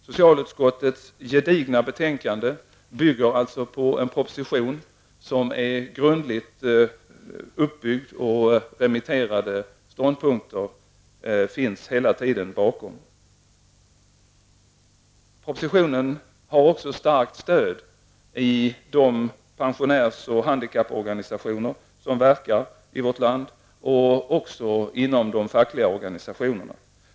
Socialutskottets gedigna betänkande bygger alltså på en proposition som är grundligt uppbyggd, och remitterade ståndpunkter finns hela tiden redovisade att falla tillbaka på. Propositionen har också starkt stöd i de pensionärs och handikapporganisationer som verkar i vårt land och också inom de fackliga organisationerna.